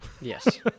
Yes